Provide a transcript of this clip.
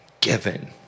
given